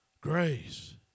Grace